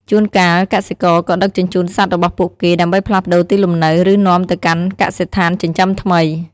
ជួនកាល កសិករក៏ដឹកជញ្ជូនសត្វរបស់ពួកគេ ដើម្បីផ្លាស់ប្តូរទីលំនៅ ឬនាំទៅកាន់កសិដ្ឋានចិញ្ចឹមថ្មី។